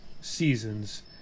seasons